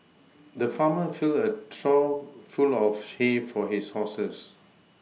the farmer filled a trough full of hay for his horses